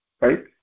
right